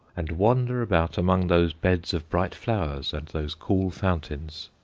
and wander about among those beds of bright flowers and those cool fountains,